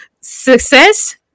success